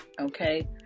okay